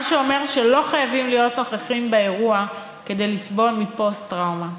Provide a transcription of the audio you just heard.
מה שאומר שלא חייבים להיות נוכחים באירוע כדי לסבול מפוסט-טראומה.